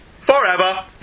forever